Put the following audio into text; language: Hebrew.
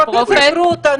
פרופ' גרוטו,